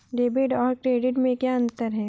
Debit और credit में क्या अंतर है?